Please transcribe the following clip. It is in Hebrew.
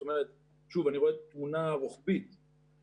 אני רואה תמונה רוחבית,